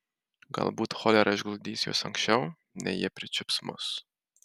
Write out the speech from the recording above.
galbūt cholera išguldys juos anksčiau nei jie pričiups mus